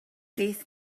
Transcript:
beth